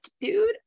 dude